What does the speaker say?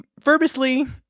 verbosely